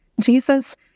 Jesus